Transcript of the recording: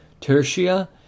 Tertia